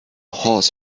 horse